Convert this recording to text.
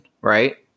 right